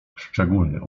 szczególny